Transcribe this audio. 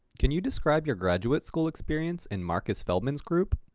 can you describe your graduate school experience in marcus feldman's group?